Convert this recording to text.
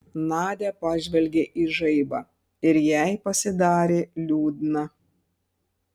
nadia pažvelgė į žaibą ir jai pasidarė liūdna